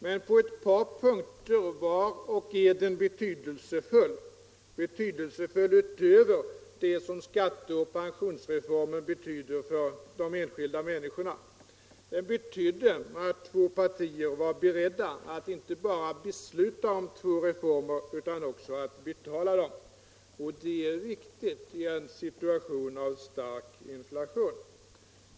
Men på ett par punkter var och är överenskommelsen betydelsefull utöver det som skatteoch pensionsreformen betyder för de enskilda människorna. Den betydde att två partier var beredda att inte bara besluta om två reformer utan också att betala dem, och det är viktigt i en situation av stark inflation.